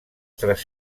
tres